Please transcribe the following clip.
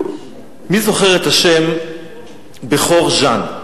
מי זוכר את השם בכור ג'אן?